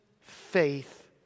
faith